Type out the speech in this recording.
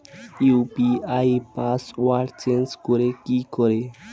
UPI পাসওয়ার্ডটা change করে কি করে?